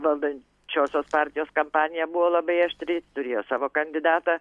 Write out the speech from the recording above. valdan čiosios partijos kampanija buvo labai aštri turėjo savo kandidatą